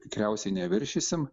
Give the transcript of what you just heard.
tikriausiai neviršysim